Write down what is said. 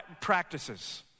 practices